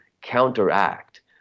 counteract